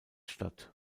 statt